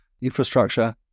infrastructure